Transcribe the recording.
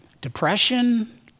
depression